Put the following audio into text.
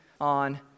on